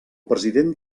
president